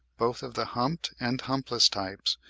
both of the humped and humpless types,